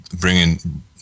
bringing